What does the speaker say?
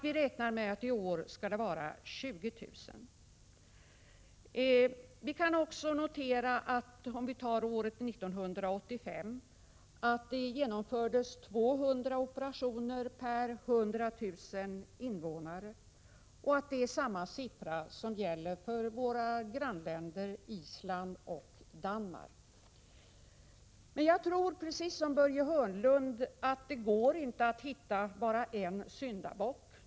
Vi räknar med att det i år skall genomföras 20 000 sådana operationer. Vi kan också notera att det 1985 genomfördes 200 operationer per 100 000 invånare. Det är samma siffra som för våra grannländer Island och Danmark. Jag tror emellertid, precis som Börje Hörnlund, att det inte går att hitta bara en syndabock.